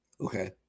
Okay